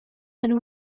and